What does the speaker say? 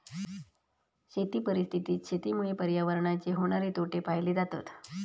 शेती परिस्थितीत शेतीमुळे पर्यावरणाचे होणारे तोटे पाहिले जातत